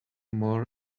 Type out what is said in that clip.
more